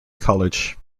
college